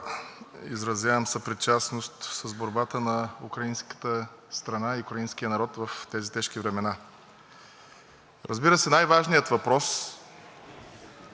Разбира се, най-важният въпрос, който касае не само страната ни, а и Стария континент, и целия свят, е кога ще спре войната.